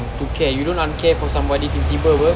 to care you don't uncare for somebody tiba-tiba [pe]